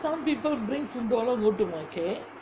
some people bring two dollar go to market